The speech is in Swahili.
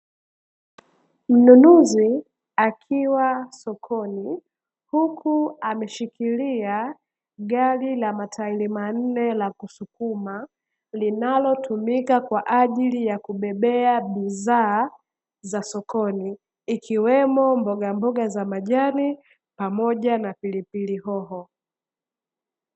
Mnunuzi akiwa sokoni huku ameshikilia gari la matairi manne ya kusukuma, linalotumika kwa ajili ya kubebea bidhaa za sokoni ikiwemo mbogamboga za majani pamoja na pilipili hoho.